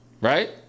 Right